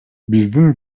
биздин